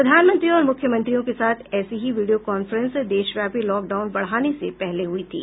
प्रधानमंत्री और मुख्यमंत्रियों के साथ ऐसी ही वीडियो कांफ्रेंस देशव्यापी लॉकडाउन बढाने से पहले हुई थी